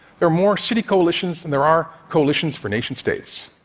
there are more city coalitions than there are coalitions for nation-states.